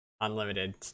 unlimited